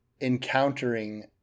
encountering